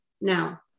Now